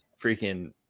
freaking